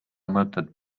mõtet